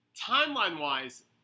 timeline-wise